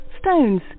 stones